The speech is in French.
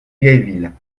vieilleville